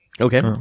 Okay